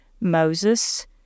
Moses